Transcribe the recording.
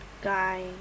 guy